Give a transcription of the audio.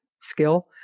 skill